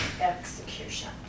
execution